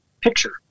picture